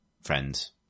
friends